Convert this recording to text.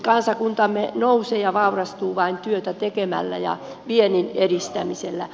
kansakuntamme nousee ja vaurastuu vain työtä tekemällä ja viennin edistämisellä